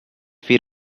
feet